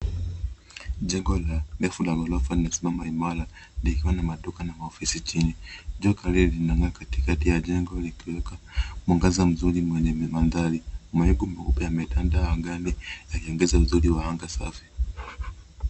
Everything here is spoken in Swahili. Jengo refu la ghorofa limesimama imara likiwa na maduka na maofisi chini. Jua kali linawaka katikati ya jengo likiweka mwangaza mzuri kwenye mandhari. Mawingu meupe yametandaa angani yakiongeza uzuri wa anga safi.